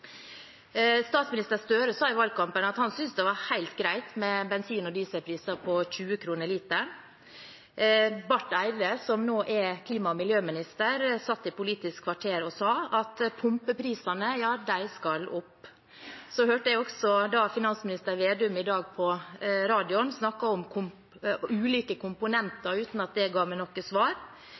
Statsminister Gahr Støre sa i valgkampen at han syntes det var helt greit med bensin- og dieselpriser på 20 kr per liter. Barth Eide, som nå er klima- og miljøminister, sa i Politisk kvarter at pumpeprisene skal opp. Så hørte jeg også finansminister Slagsvold Vedum i radioen i dag snakke om ulike komponenter – uten at det ga meg noe svar.